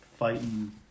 fighting